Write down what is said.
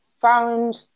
found